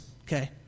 Okay